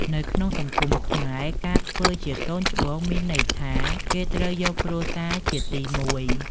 នៅក្នុងសង្គមខ្មែរ ការធ្វើជាកូនច្បងមានន័យថា គេត្រូវយកគ្រួសារជាទីមួយ។